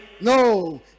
no